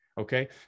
okay